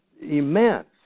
immense